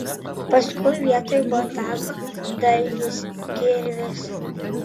paskui vietoj botago dalgis kirvis